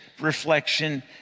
reflection